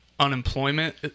unemployment